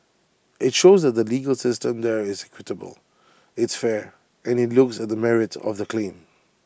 IT shows that the legal system there is equitable it's fair and IT looks at the merits of the claim